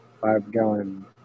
five-gallon